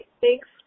Thanks